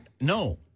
No